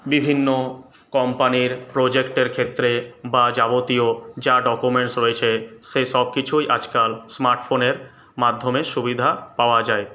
বিভিন্ন কোম্পানির প্রোজেক্টের ক্ষেত্রে বা যাবতীয় যা ডকুমেন্টস রয়েছে সেই সবকিছুই আজকাল স্মার্টফোনের মাধ্যমে সুবিধা পাওয়া যায়